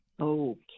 okay